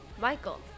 Michael